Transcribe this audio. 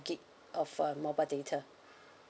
gig of uh mobile data